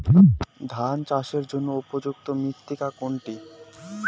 ধান চাষের জন্য উপযুক্ত মৃত্তিকা কোনটি?